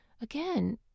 Again